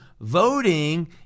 voting